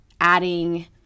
adding